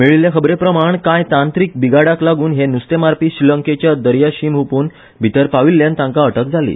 मेळिल्ले खबरे प्रमाण कांय तांत्रीक बिगाडाक लागून हे नुस्तेमारी श्रीलंकेची दर्याशीम हपून भितर पाविल्ल्यान तांकां अटक जाली